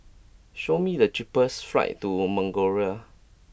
show me the cheapest flights to Mongolia